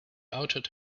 outed